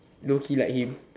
low key like him